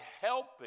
helping